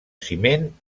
ciment